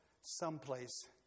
someplace